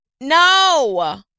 No